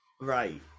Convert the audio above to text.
Right